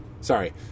sorry